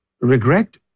regret